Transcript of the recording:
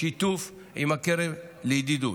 בשיתוף עם הקרן לידידות.